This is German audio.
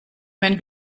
wenn